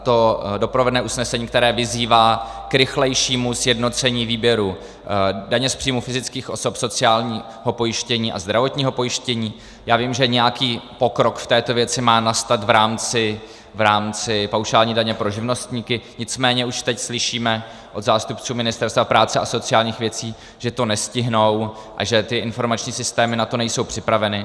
To doprovodné usnesení, které vyzývá k rychlejšímu sjednocení výběru daně z příjmů fyzických osob, sociálního pojištění a zdravotního pojištění já vím, že nějaký pokrok v této věci má nastat v rámci paušální daně pro živnostníky, nicméně už teď slyšíme od zástupců Ministerstva práce a sociálních věcí, že to nestihnou a že ty informační systémy na to nejsou připraveny.